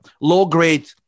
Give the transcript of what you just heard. low-grade